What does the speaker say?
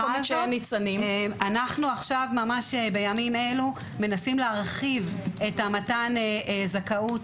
אנחנו ממש בימים אלו מנסים להרחיב את מתן הזכאות